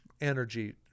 energy